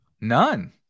None